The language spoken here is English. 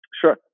Sure